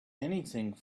anything